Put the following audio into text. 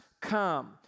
come